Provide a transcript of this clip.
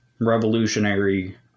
revolutionary